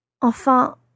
Enfin